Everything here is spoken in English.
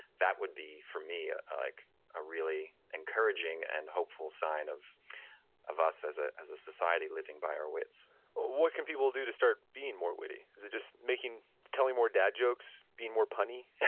that would be for me like a really encouraging and hopeful sign of of us as ah as a society, living by our wits what can people do to start being more witty? is it just telling more dad jokes, be more punny?